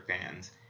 fans